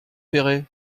péray